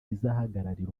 izahagararira